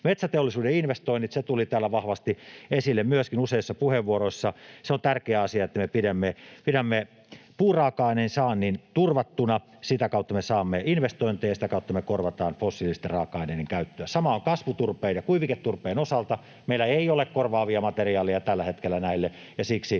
Metsäteollisuuden investoinnit: Ne tulivat täällä myöskin vahvasti esille useissa puheenvuoroissa. Se on tärkeä asia, että me pidämme puuraaka-aineen saannin turvattuna. Sitä kautta me saamme investointeja. Sitä kautta me korvataan fossiilisten raaka-aineiden käyttöä. Sama on kasvuturpeen ja kuiviketurpeen osalta. Meillä ei ole korvaavia materiaaleja tällä hetkellä näille, ja siksi